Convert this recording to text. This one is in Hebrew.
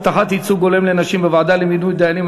הבטחת ייצוג הולם לנשים בוועדה למינוי דיינים),